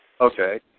Okay